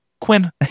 Quinn